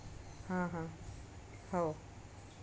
हां हां हो